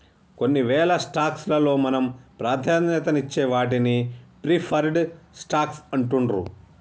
కొన్నివేల స్టాక్స్ లలో మనం ప్రాధాన్యతనిచ్చే వాటిని ప్రిఫర్డ్ స్టాక్స్ అంటుండ్రు